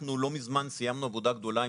אנחנו לא מזמן סיימנו עבודה גדולה עם